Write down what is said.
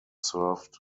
served